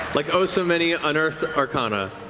like oh so many unearthed arcana.